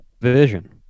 vision